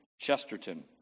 Chesterton